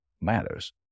matters